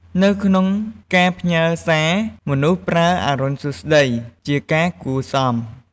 នៅក្នុងការផ្ញើសារ មនុស្សប្រើ "អរុណសួស្តី" ជាការគួរសម។